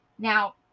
Now